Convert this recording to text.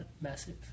massive